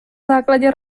základě